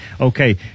Okay